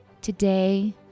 Today